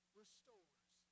restores